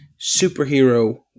superhero